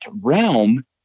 realm